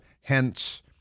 hence